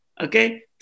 okay